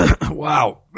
Wow